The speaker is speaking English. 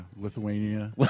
Lithuania